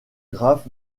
graphe